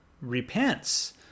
repents